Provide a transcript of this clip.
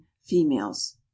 females